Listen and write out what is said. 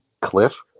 Cliff